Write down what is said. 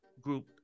group